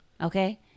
okay